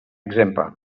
exemple